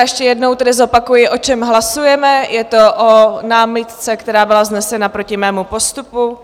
Ještě jednou tedy zopakuji, o čem hlasujeme je to o námitce, která byla vznesena proti mému postupu.